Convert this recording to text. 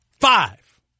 Five